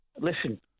Listen